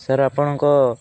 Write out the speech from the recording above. sir ଆପଣଙ୍କ